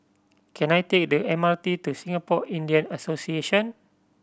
can I take the M R T to Singapore Indian Association